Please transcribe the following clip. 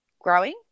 growing